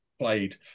played